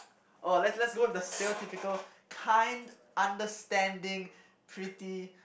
oh let's let's go with the stereotypical kind understanding pretty